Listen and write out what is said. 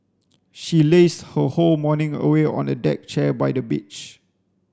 she lazed her whole morning away on a deck chair by the beach